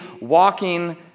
walking